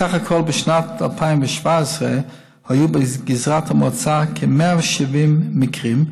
סך הכול, בשנת 2017 היו בגזרת המועצה כ-170 מקרים,